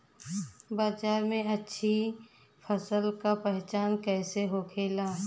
बाजार में अच्छी फसल का पहचान कैसे होखेला?